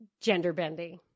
gender-bending